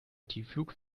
tiefflug